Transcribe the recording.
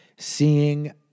Seeing